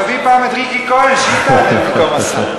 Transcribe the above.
תביא פעם את ריקי כהן, שהיא תעלה במקום השר.